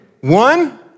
One